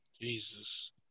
Jesus